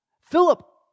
Philip